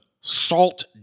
salt